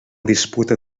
disputa